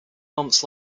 months